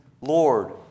Lord